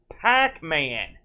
Pac-Man